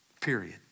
period